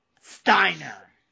Steiner